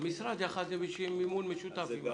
המשרד במימון משותף עם הרשויות.